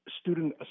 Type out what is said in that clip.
student